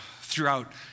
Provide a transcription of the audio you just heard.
throughout